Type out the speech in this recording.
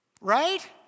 Right